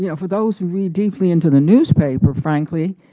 you know for those who read deeply into the newspaper, frankly,